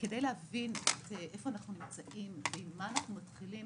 כדי להבין איפה אנחנו נמצאים ומאיפה אנחנו מתחילים,